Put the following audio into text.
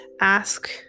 ask